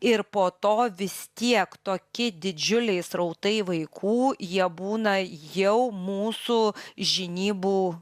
ir po to vis tiek tokie didžiuliai srautai vaikų jie būna jau mūsų žinybų